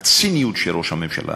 הציניות של ראש הממשלה